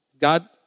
God